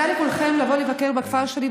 אני מציעה לכולכם לבוא לבקר בכפר שלי,